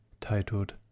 titled